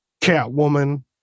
Catwoman